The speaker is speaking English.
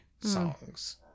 songs